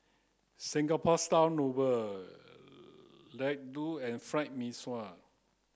Singapore style laddu and fried mee sua